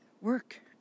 work